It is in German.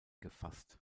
gefasst